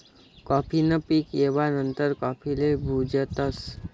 काफी न पीक येवा नंतर काफीले भुजतस